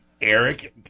Eric